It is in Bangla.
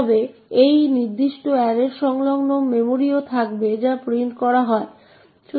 তাই আসলে কি ঘটছে তা তদন্ত করার জন্য আমাদের জিডিবি দিয়ে করতে হবে